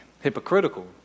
hypocritical